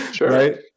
right